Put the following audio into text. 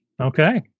Okay